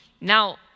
Now